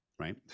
right